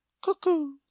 cuckoo